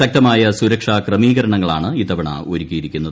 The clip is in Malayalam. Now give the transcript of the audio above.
ശക്തമായ സൂരക്ഷാ ക്രമീകരണങ്ങളാണ് ഇത്തവണ ഒരുക്കിയിരിക്കുന്നത്